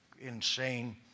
insane